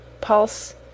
pulse